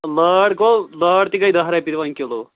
لٲر گوٚو لٲر تہِ گٔے دَہ رۄپیہِ وۄنۍ کِلوٗ